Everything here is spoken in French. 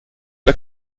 pas